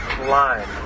line